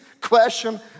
question